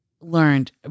learned